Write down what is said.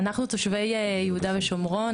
אנחנו תושבי יהודה ושומרון.